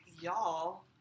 y'all